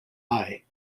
eye